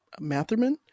Matherman